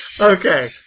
Okay